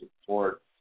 support